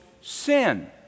sin